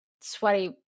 sweaty